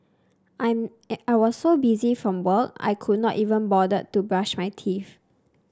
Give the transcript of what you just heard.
I'm I was so busy from work I could not even bother to brush my teeth